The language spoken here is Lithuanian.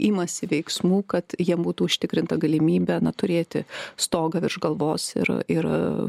imasi veiksmų kad jiem būtų užtikrinta galimybė turėti stogą virš galvos ir ir